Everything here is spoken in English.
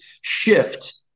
shift